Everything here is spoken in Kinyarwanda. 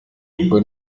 kuko